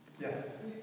Yes